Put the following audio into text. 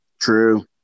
True